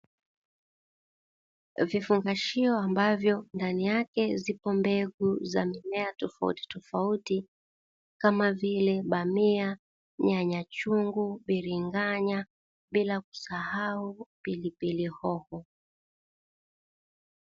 Vifungashio ambavyo ndani yake zipo mbegu za mimea tofauti tofauti kama vile bamia, nyanya chungu, biringanya bila kusahau pilipili hoho.